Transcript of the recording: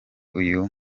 uyu